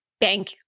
bank